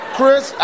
Chris